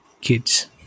kids